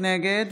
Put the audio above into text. נגד